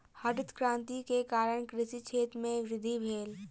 हरित क्रांति के कारण कृषि क्षेत्र में वृद्धि भेल